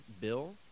bill